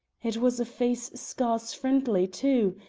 it was a face scarce friendly, too,